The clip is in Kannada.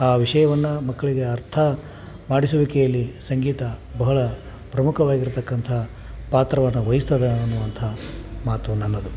ಆ ವಿಷಯವನ್ನು ಮಕ್ಕಳಿಗೆ ಅರ್ಥ ಮಾಡಿಸುವಿಕೆಯಲ್ಲಿ ಸಂಗೀತ ಬಹಳ ಪ್ರಮುಖವಾಗಿರ್ತಕ್ಕಂಥ ಪಾತ್ರವನ್ನು ವಹಿಸ್ತದೆ ಅನ್ನುವಂಥ ಮಾತು ನನ್ನದು